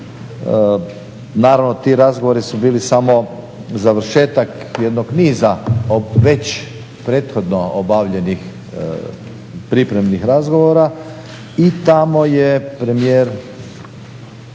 Naravno ti razgovori su bili samo završetak jednog niza o već prethodno obavljenih pripremnih razgovora i tamo je premijer